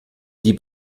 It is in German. die